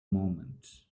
moment